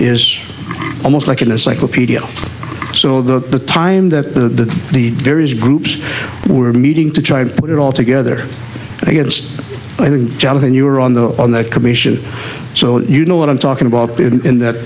is almost like in a cyclopedia so that the time that the the various groups were meeting to try and put it all together i guess i think when you were on the on that commission so you know what i'm talking about in that